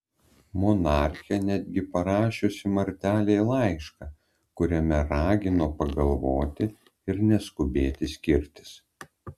monarchė netgi parašiusi martelei laišką kuriame ragino pagalvoti ir neskubėti skirtis